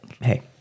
Hey